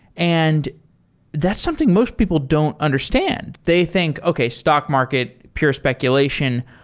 and that's something most people don't understand. they think, okay, stock market. pure speculation.